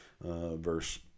verse